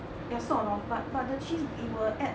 they're sort of but but the cheese it will add